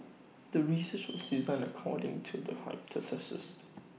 the research was designed according to the hypothesis